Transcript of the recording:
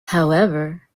however